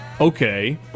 Okay